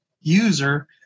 user